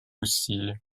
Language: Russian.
усилий